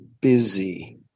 busy